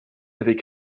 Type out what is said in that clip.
avait